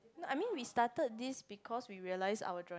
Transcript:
no I mean we started this because we realised our drawing